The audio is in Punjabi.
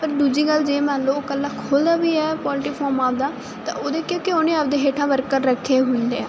ਪਰ ਦੂਜੀ ਗੱਲ ਜੇ ਮੰਨ ਲਓ ਖੋਲਦਾ ਵੀ ਹੈ ਪੋਲਟਰੀ ਫਾਰਮ ਆਪਦਾ ਤਾਂ ਉਹਦੇ ਕਿਉਂਕਿ ਉਹਨੇ ਆਪਦੇ ਹੇਠਾ ਵਰਕਰ ਰੱਖੇ ਹੁੰਦੇ ਆ